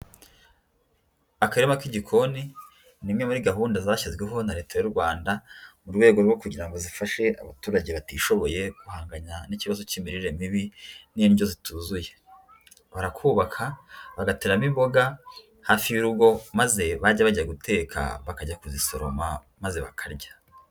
Akarima k'igikoni ni imwe muri gahunda zashyizweho na Leta y'u Rwanda mu rwego rwo kugira ngo zifashe abaturage batishoboye guhanganya n'ikibazo cy'imirire mibi n'indyo zituzuye, barakubaka bagateramo imboga hafi y'urugo maze bajya bajya guteka bakajya kuzisoroma maze bakarya.